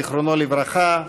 זיכרונו לברכה,